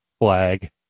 flag